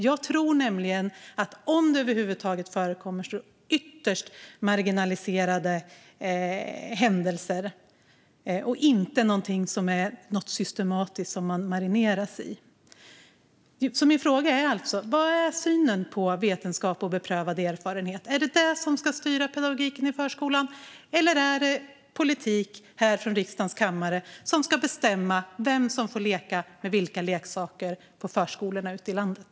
Jag tror nämligen att om det över huvud taget förekommer är det ytterst marginaliserade händelser och inte något systematiskt som man marineras i. Min fråga är alltså: Vad är synen på vetenskap och beprövad erfarenhet i Anders Alftbergs parti? Är det detta som ska styra pedagogiken i förskolan, eller är det politik i riksdagens kammare som ska bestämma vem som får leka med vilka leksaker på förskolorna ute i landet?